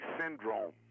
Syndrome